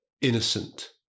innocent